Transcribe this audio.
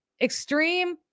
extreme